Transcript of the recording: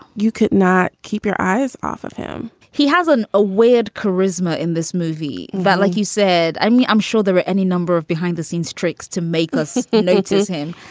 you could not keep your eyes off of him he has an a weird charisma in this movie that, like you said. i mean, i'm sure there are any number of behind the scenes tricks to make us notice him,